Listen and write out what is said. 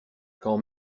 quand